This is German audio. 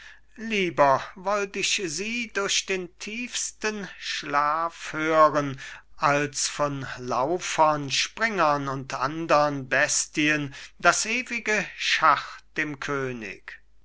lieber wollt ich sie durch den tiefsten schlaf hören als von laufern springern und andern bestien das ewige schach dem könig